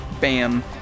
bam